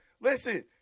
Listen